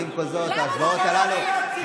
אבל עם כל זאת, ההשוואות הללו,